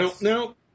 Now